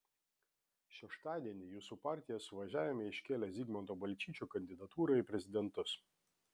šeštadienį jūsų partija suvažiavime iškėlė zigmanto balčyčio kandidatūrą į prezidentus